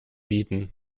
bieten